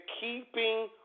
keeping